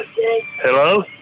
Hello